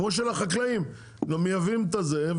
כמו שלחקלאים מייבאים את הזה,